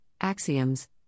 Axioms